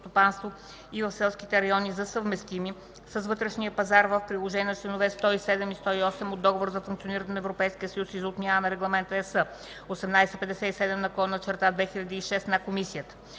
и в селските райони за съвместими с вътрешния пазар в приложение на членове 107 и 108 от Договора за функционирането на Европейския съюз и за отмяна на Регламент (ЕС) № 1857/2006 на Комисията.